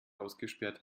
ausgesperrt